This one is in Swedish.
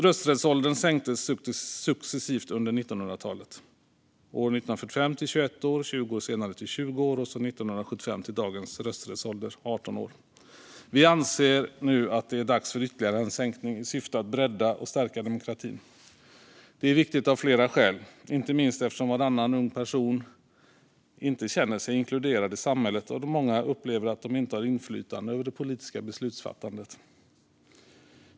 Rösträttsåldern sänktes successivt under 1900-talet - år 1945 till 21 år, 20 år senare till 20 år och 1975 till dagens rösträttsålder, 18 år. Vi anser att det är dags för ytterligare en sänkning i syfte att bredda och stärka demokratin. Det är viktigt av flera skäl, inte minst eftersom varannan ung person inte känner sig inkluderad i samhället och för att många upplever att de inte har inflytande över det politiska beslutsfattandet.